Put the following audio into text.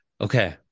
Okay